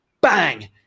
bang